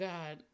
God